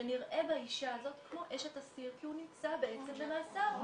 שנראה באישה הזאת כמו אשת אסיר כי הוא נמצא בעצם במאסר.